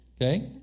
Okay